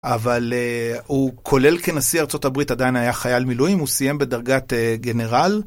אבל הוא כולל כנשיא ארה״ב עדיין היה חייל מילואים, הוא סיים בדרגת גנרל.